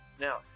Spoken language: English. now